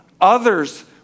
others